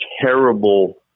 terrible